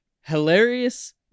hilarious